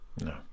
No